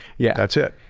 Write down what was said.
yeah that's it.